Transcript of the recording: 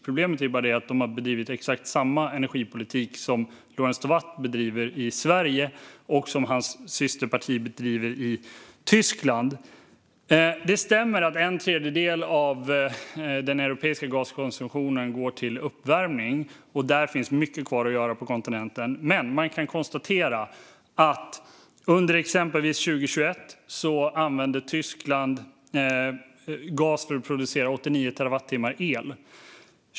Problemet är bara att de har bedrivit exakt samma energipolitik som Lorentz Tovatt bedriver i Sverige och som hans systerparti bedriver i Tyskland. Det stämmer att en tredjedel av den europeiska gaskonsumtionen går till uppvärmning, och där finns mycket kvar att göra på kontinenten. Men under exempelvis 2021 använde Tyskland gas för att producera 89 terawattimmar el.